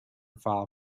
file